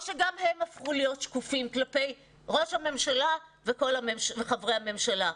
או שגם הם הפכו להיות שקופים כלפי ראש הממשלה וחברי הממשלה?